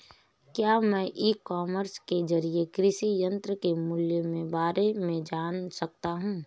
क्या मैं e commerce के ज़रिए कृषि यंत्र के मूल्य में बारे में जान सकता हूँ?